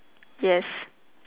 yes